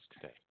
today